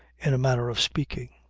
in a manner of speaking.